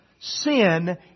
sin